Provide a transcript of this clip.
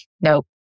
nope